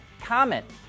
comment